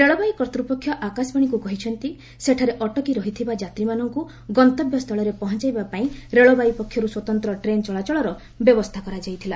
ରେଳବାଇ କର୍ତ୍ତୃପକ୍ଷ ଆକାଶବାଣୀକୁ କହିଛନ୍ତି ସେଠାରେ ଅଟକି ରହିଥିବା ଯାତ୍ରୀମାନଙ୍କୁ ଗନ୍ତବ୍ୟସ୍ଥଳରେ ପହଞ୍ଚାଇବା ପାଇଁ ରେଳବାଇ ପକ୍ଷରୁ ସ୍ୱତନ୍ତ୍ର ଟ୍ରେନ ଚଳାଚଳର ବ୍ୟବସ୍ଥା କରାଯାଇଥିଲା